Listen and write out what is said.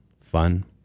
fun